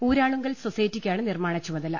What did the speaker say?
ഊരാളുങ്കൽ സൊസൈറ്റിയ്ക്കാണ് നിർമ്മാണച്ചുമതല